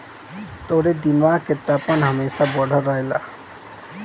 तोहरी दिमाग के तापमान हमेशा बढ़ल रहेला